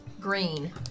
Green